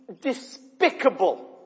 despicable